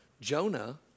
Jonah